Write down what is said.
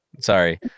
sorry